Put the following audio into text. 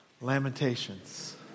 Lamentations